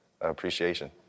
appreciation